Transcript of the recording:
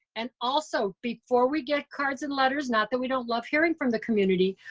and also, before we get cards and letters, not that we don't love hearing from the community,